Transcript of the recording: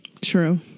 True